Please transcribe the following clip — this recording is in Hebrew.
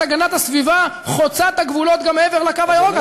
הגנת הסביבה חוצת-הגבולות גם מעבר לקו הירוק,